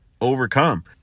overcome